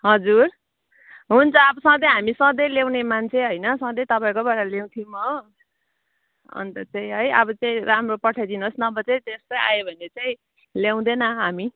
हजुर हुन्छ अब सधैँ हामी सधैँ ल्याउने मान्छे होइन सधैँ तपाईँकोबाट ल्याउँथियौँ हो अन्त चाहिँ है अब चाहिँ राम्रो पठाइदिनुहोस् नभए चाहिँ त्यस्तै अयो भने चाहिँ ल्याउँदैन हामी